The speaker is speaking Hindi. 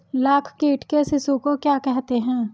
लाख कीट के शिशु को क्या कहते हैं?